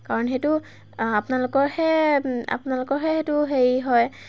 কাৰণ সেইটো আপোনালোকৰহে আপোনালোকৰহে সেইটো হেৰি হয়